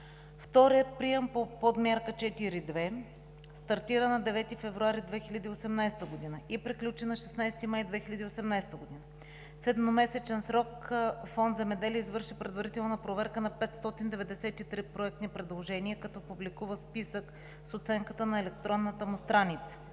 Вторият прием по Подмярка 4.2 стартира на 9 февруари 2018 г. и приключи на 16 май 2018 г. В едномесечен срок Фонд „Земеделие“ извърши предварителна проверка на 593 проектни предложения, като публикува списък с оценката на електронната си страница.